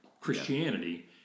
Christianity